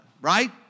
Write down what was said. right